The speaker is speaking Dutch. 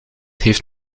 heeft